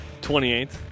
28th